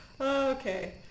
Okay